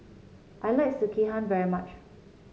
I like Sekihan very much